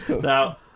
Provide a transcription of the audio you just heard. Now